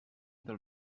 del